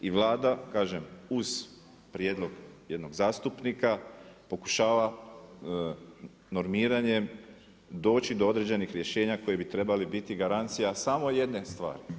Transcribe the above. I Vlada, kažem, uz prijedlog jednog zastupnika pokušava normiranjem doći do određenih rješenja koje bi trebali biti garancija samo jedne stvari.